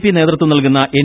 P നേതൃത്വം നൽകുന്ന N